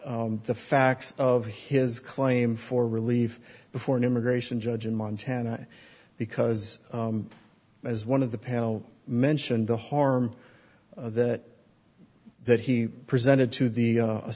the facts of his claim for relief before an immigration judge in montana because as one of the panel mentioned the harm that that he presented to the